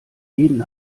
jeden